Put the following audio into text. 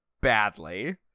badly